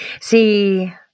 see